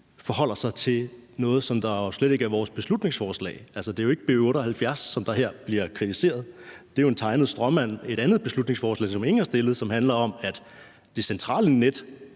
forholder sig til noget, som slet ikke er i vores beslutningsforslag. Det er jo ikke B 78, der her bliver kritiseret; det er jo en stråmand og et andet beslutningsforslag, som ingen har fremsat, og som handler om, at det centrale net